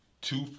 two